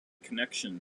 connection